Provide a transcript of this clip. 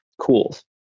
cools